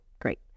great